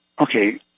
Okay